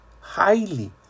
highly